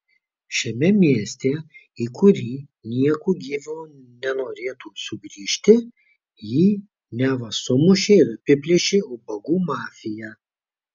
šiame mieste į kurį nieku gyvu nenorėtų sugrįžti jį neva sumušė ir apiplėšė ubagų mafija